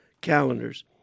calendars